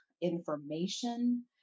information